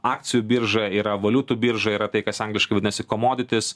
akcijų birža yra valiutų birža yra tai kas angliškai vadinasi komoditis